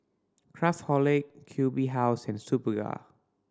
Craftholic Q B House and Superga